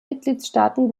mitgliedstaaten